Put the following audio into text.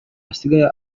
asigaye